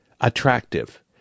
attractive